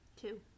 two